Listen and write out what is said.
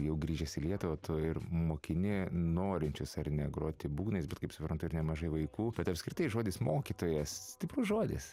jau grįžęs į lietuvą tu ir mokini norinčius ar ne groti būgnais bet kaip suprantu ir nemažai vaikų bet apskritai žodis mokytojas stiprus žodis